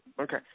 Okay